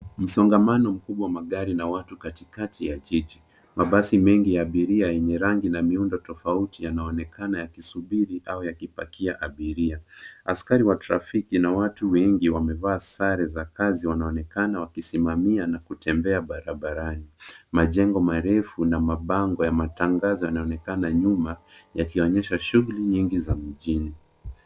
Msongamano mkubwa wa magari na watu katikati ya jiji. Mabasi mengi ya abiria yenye rangi na miundo tofauti yanaonekana yakisubiri au yakipakia abiria. Askari wa trafiki na watu wengi wamevaa sare za kazi wanaonekana wakisimamia na kutembea barabarani. Majengo marefu na mabango ya matangazo yanaonekana nyuma yakionyesha shughuli nyingi za mjini.